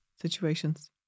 situations